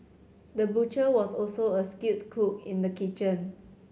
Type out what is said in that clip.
the butcher was also a skilled cook in the kitchen